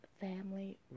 Family